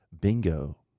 bingo